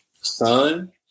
son